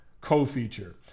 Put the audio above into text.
co-feature